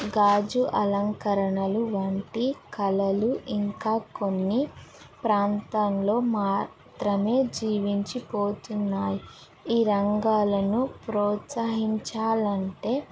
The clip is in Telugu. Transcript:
గాజు అలంకరణలు వంటి కళలు ఇంకా కొన్ని ప్రాంతంలో మాత్రమే జీవించిపోతున్నాయి ఈ రంగాలను ప్రోత్సహించాలంటే